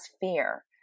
fear